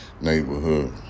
neighborhood